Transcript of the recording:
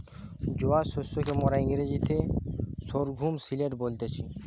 জোয়ার শস্যকে মোরা ইংরেজিতে সর্ঘুম মিলেট বলতেছি